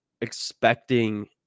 expecting